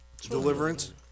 deliverance